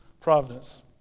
Providence